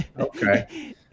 okay